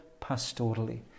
pastorally